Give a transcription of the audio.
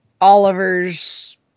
Oliver's